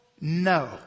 no